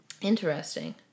Interesting